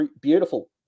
beautiful